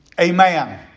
Amen